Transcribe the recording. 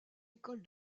école